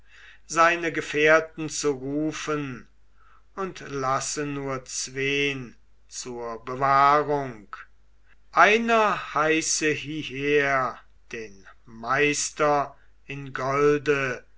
seine gefährten zu rufen und lasse nur zween zur bewahrung einer heiße hieher den meister in golde